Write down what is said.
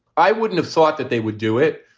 i wouldn't have thought that they would do it.